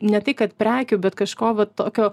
ne tai kad prekių bet kažko va tokio